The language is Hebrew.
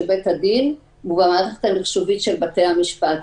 בית-הדין ובמערכת המחשובית של בתי-המשפט.